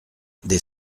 des